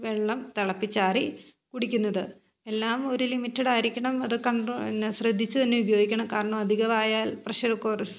വെള്ളം തിളപ്പിച്ചാറി കുടിക്കുന്നത് എല്ലാം ഒരു ലിമിറ്റഡായിരിക്കണം അത് കൺഡ്രോ എന്നാ ശ്രദ്ധിച്ചു തന്നെ ഉപയോഗിക്കണം കാരണം അധികമായാൽ പ്രഷറ് കുറച്ച്